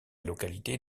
localité